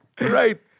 right